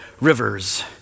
rivers